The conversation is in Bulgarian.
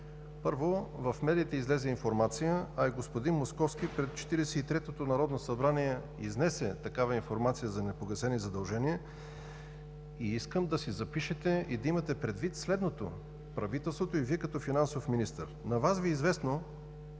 Първо, в медиите излезе информация, а и господин Московски пред Четиридесет и третото народно събрание изнесе такава информация за непогасени задължения, и искам да си запишете и да имате предвид следното, правителството и Вие, като финансов министър – на Вас Ви е известно,